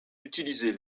utilisez